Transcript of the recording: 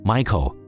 Michael